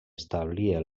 establia